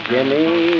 Jimmy